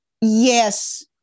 Yes